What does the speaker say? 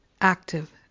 active